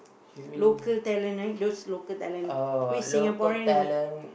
local talent right those local talent which Singaporean